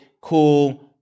Cool